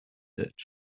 ditch